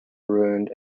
ruined